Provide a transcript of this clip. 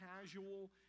casual